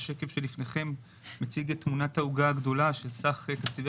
השקף שלפניכם מציג את תמונת העוגה הגדולה של סך תקציבי